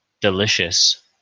Delicious